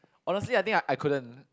honestly I think I I couldn't